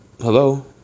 Hello